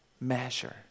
measure